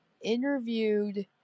interviewed